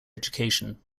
education